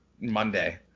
Monday